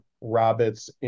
rabbits